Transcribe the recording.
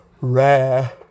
Rare